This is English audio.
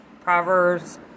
Proverbs